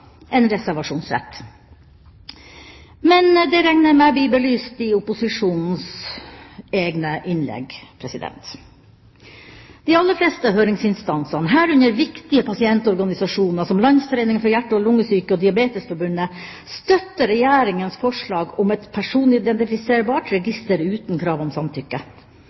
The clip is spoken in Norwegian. en reservasjonsrett. Men det regner jeg med blir belyst i opposisjonens egne innlegg. De aller fleste høringsinstansene, herunder viktige pasientorganisasjoner som Landsforeningen for hjerte- og lungesyke og Diabetesforbundet, støtter Regjeringas forslag om et personidentifiserbart register uten krav om samtykke.